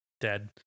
dead